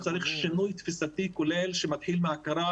צריך שינוי תפיסתי כולל שמתחיל מהכרה